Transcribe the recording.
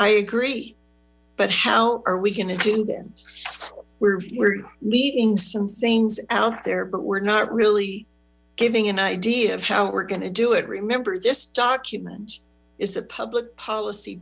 i agree but how are we going to do where we're leaving some things out there but we're not really giving an idea of how we're going to do it remember this document is a public policy